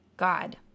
God